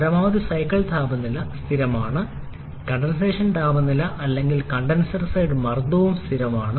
പരമാവധി സൈക്കിൾ താപനില സ്ഥിരമാണ് കണ്ടൻസേഷൻ താപനില അല്ലെങ്കിൽ കണ്ടൻസർ സൈഡ് മർദ്ദവും സ്ഥിരമാണ്